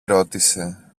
ρώτησε